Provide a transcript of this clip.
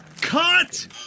Cut